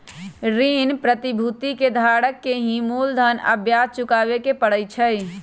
ऋण प्रतिभूति के धारक के ही मूलधन आ ब्याज चुकावे के परई छई